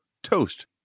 toast